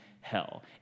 hell